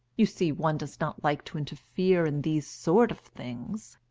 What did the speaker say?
you see, one does not like to interfere in these sort of things.